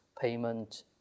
payment